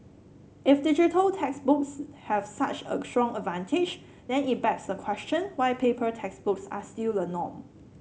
if digital textbooks have such a strong advantage then it begs the question why paper textbooks are still the norm